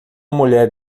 mulher